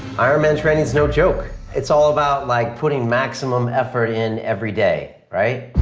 iron man training is no joke. it's all about like putting maximum effort in every day.